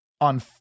on